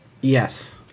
Yes